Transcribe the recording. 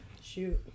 shoot